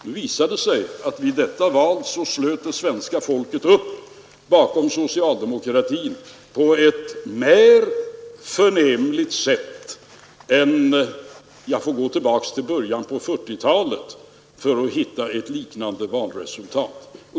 Nu visade det sig att vid valet 1968 slöt det svenska folket upp bakom socialdemokratin på ett mer förnämligt sätt än sedan början av 1940-talet — jag får gå så långt tillbaka för att hitta ett liknande valresultat.